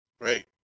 Great